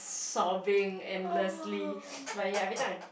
sobbing and luridly but ya every time